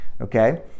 okay